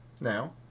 Now